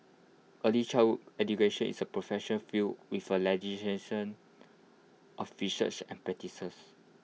early child education is A professional field with A of research and practices